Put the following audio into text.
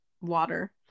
water